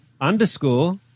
underscore